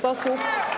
posłów.